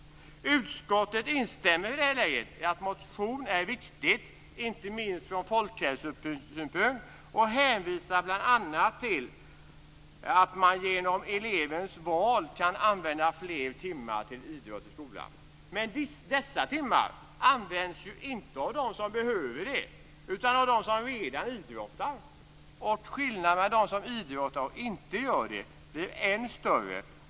Utskottet instämmer i att det är viktigt med motion, inte minst från folkhälsosynpunkt, och hänvisar bl.a. till att elever, genom elevens val, kan använda fler timmar till idrott i skolan. Men dessa timmar används inte av dem som behöver det utan av dem som redan idrottar. Skillnaden mellan de elever som idrottar och de som inte gör det blir ännu större.